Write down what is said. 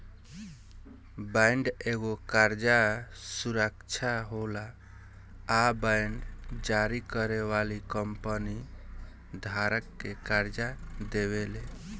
bond एगो कर्जा सुरक्षा होला आ बांड जारी करे वाली कंपनी धारक के कर्जा देवेले